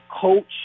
coach